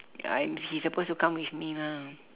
I'm he supposed to come with me lah